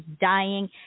dying